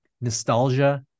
nostalgia